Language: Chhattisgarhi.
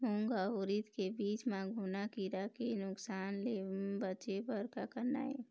मूंग अउ उरीद के बीज म घुना किरा के नुकसान ले बचे बर का करना ये?